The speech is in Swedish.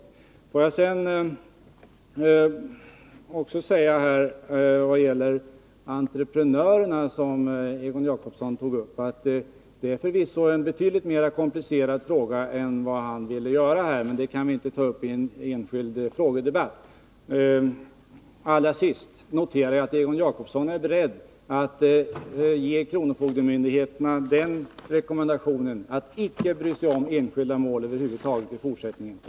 Egon Jacobsson tog upp frågan om entreprenörerna. Det är förvisso en betydligt mer komplicerad fråga än vad han ville göra den till. Men det problemet kan vi inte ta upp i en frågedebatt. Allra sist noterar jag att Egon Jacobsson är beredd att ge kronofogdemyndigheterna den rekommendationen att de i fortsättningen inte skall bry sig om enskilda mål över huvud taget.